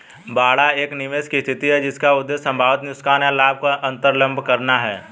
बाड़ा एक निवेश की स्थिति है जिसका उद्देश्य संभावित नुकसान या लाभ को अन्तर्लम्ब करना है